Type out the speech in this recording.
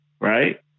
right